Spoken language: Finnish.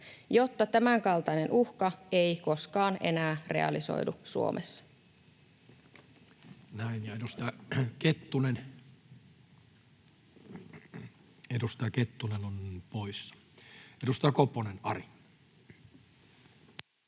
jotta tämänkaltainen uhka ei koskaan enää realisoidu Suomessa.